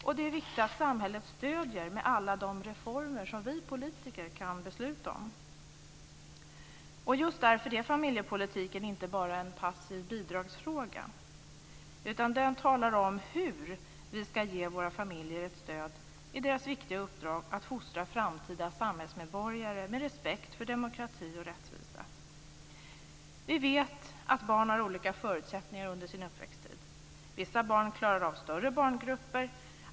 Och det är viktigt att samhället ger stöd med alla de reformer som vi politiker kan besluta om. Just därför är familjepolitiken inte bara en passiv bidragsfråga. Den talar om hur vi ska ge våra familjer ett stöd i deras viktiga uppdrag att fostra framtida samhällsmedborgare med respekt för demokrati och rättvisa. Vi vet att barn har olika förutsättningar under sin uppväxttid. Vissa barn klarar av större barngrupper.